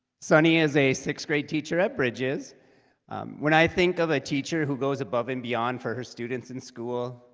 sunni is a sixth grade teacher at bridges when i think of a teacher who goes above and beyond for her students in school,